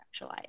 sexualized